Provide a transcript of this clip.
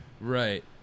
Right